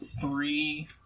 three